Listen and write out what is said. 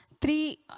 Three